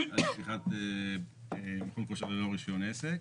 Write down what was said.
על פתיחת מכון כושר ללא רישיון עסק.